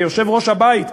כיושב-ראש הבית,